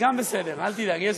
שלוש דקות, אדוני.